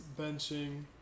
benching